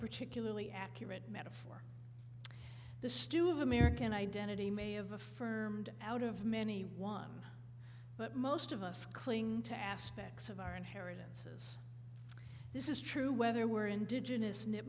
particularly accurate metaphor the stew of american identity may have affirmed out of many one but most of us cling to aspects of our inheritance is this is true whether we're indigenous nip